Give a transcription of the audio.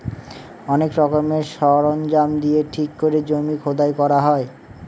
অনেক রকমের সরঞ্জাম দিয়ে ঠিক করে জমি খোদাই করা হয়